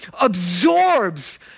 absorbs